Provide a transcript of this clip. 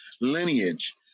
lineage